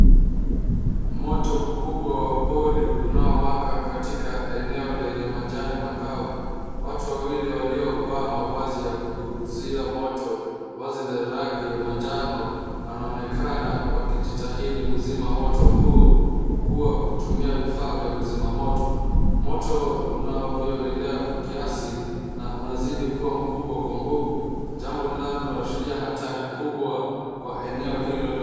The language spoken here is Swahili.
Moto mkubwa wa pori unao waka katika eneo lenye majani makavu. Watu wawili walio vaa mavazi ya kuzuia moto, vazi lenye rangi ya manjano wanaonakana wakijitahidi kuzima moto huo kwa kutumia vifaa vya kuzima moto, moto unavyoenea kwa kasi na unazidi kuenea kwa nguvu jambo linaloashiria hatari kwa eneo hilo lote.